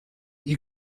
you